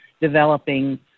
developing